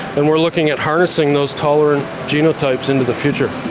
and we are looking at harnessing those tolerant genotypes into the future.